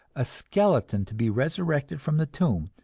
a skeleton to be resurrected from the tomb,